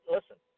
Listen